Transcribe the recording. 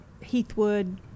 Heathwood